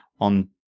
on